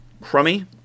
crummy